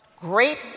great